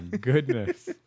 goodness